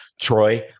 Troy